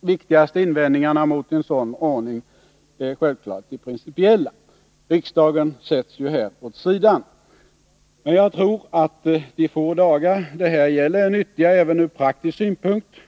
viktigaste invändningarna mot en sådan ordning är självfallet de principiella. Riksdagen sätts ju här åt sidan. Men jag tror att de få dagar det här gäller är nyttiga även ur praktisk synpunkt.